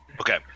okay